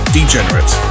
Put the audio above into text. Degenerate